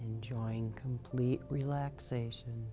enjoying complete relaxation